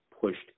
pushed